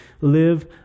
live